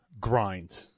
grind